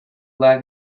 lack